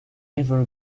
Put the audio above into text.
even